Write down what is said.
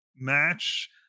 Match